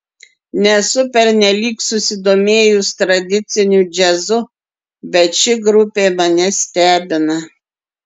nesu pernelyg susidomėjus tradiciniu džiazu bet ši grupė mane stebina